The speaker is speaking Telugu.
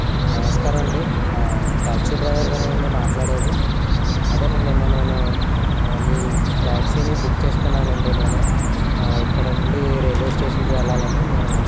నమస్కారం అండి ట్యాక్సీ డ్రైవర్ గారేనా అండి మాట్లాడేది అదేనండి నిన్న నేను మీ ట్యాక్సీని బుక్ చేసుకున్నానండి నేను ఇక్కడ నుండి రైల్వేస్టేషన్కి వెళ్ళాలని నేను